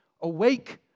Awake